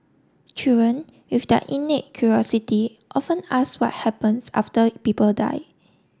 children with their innate curiosity often ask what happens after people die